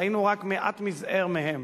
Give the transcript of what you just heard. ראינו רק מעט מזעיר מהם